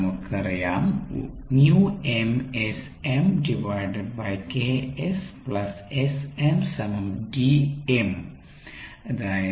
നമുക്കറിയാം അതായത്